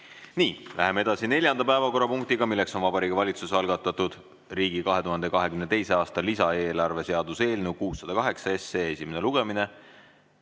Nii, läheme edasi neljanda päevakorrapunktiga, milleks on Vabariigi Valitsuse algatatud riigi 2022. aasta lisaeelarve seaduse eelnõu 608 esimene lugemine.